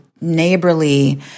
neighborly